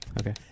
Okay